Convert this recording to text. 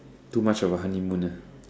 too much of a honeymoon ah